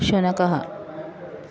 शुनकः